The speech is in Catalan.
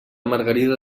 margarida